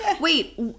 Wait